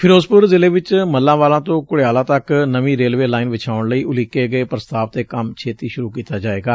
ਫਿਰੋਜ਼ਪੁਰ ਜ਼ਿਲੇ ਚ ਮੱਲਾਂਵਾਲਾ ਤੋਂ ਘੁੜਿਆਲਾ ਤੱਕ ਨਵੀਂ ਰੇਲਵੇ ਲਾਈਨ ਵਿਛਾਉਣ ਲਈ ਉਲੀਕੇ ਗਏ ਪ੍ਸਤਾਵ ਤੇ ਕੰਮ ਛੇਤੀ ਸੂਰੁ ਕੀਤਾ ਜਾਵੇਗਾ